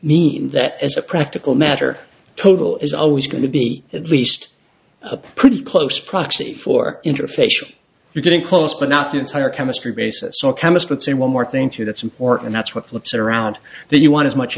mean that as a practical matter total is always going to be at least a pretty close proxy for interfacing you're getting close but not the entire chemistry basis or chemist would say one more thing to that's important that's what flips around that you want as much